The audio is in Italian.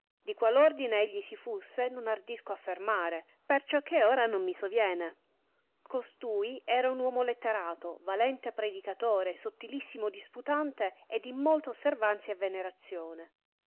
chiamato di qual ordine egli si fusse non ardisco affermare perciò che ora non mi soviene costui era uomo letterato valente predicatore sottilissimo disputante ed in molta osservanzia e venerazione